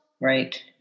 Right